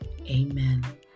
Amen